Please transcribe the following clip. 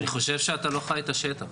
אני חושב שאתה לא חי את השטח.